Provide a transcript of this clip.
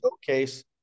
showcase